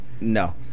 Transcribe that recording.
No